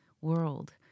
world